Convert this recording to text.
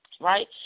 Right